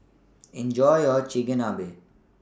Enjoy your Chigenabe